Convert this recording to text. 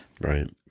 Right